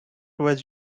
was